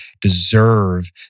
deserve